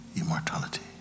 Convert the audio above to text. immortality